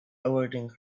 averting